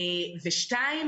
שנית,